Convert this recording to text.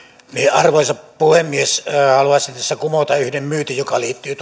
arvoisa puhemies haluaisin tässä kumota yhden myytin joka liittyy